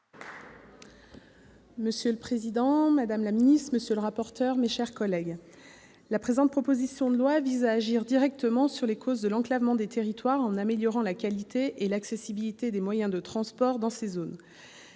Monsieur le président, madame la ministre, monsieur le rapporteur, mes chers collègues, la présente proposition de loi vise à agir directement sur les causes de l'enclavement des territoires, en améliorant la qualité et l'accessibilité des moyens de transport dans ces zones.